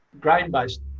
grain-based